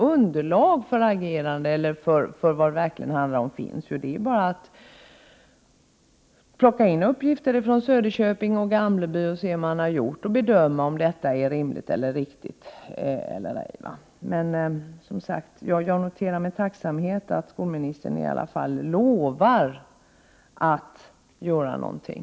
Underlag för åtgärder finns ju. Det är bara att hämta in uppgifter från Söderköping och Gamleby och att se vad man där har gjort. Sedan är det ju bara ått bedöma vad som är rimligt och riktigt. Men jag noterar, som sagt, med tacksamhet att skolministern i alla fall lovar att göra någonting.